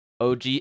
OG